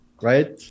right